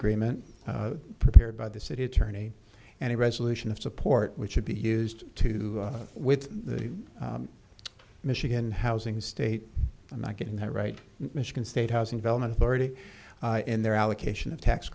agreement prepared by the city attorney and a resolution of support which should be used to with the michigan housing state i'm not getting that right michigan state housing development authority in their allocation of tax